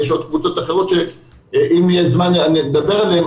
יש עוד קבוצות שאם יהיה זמן אני אדבר עליהם,